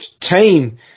team